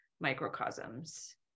microcosms